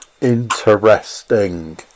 Interesting